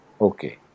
Okay